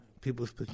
People's